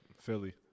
Philly